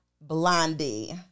Blondie